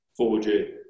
4G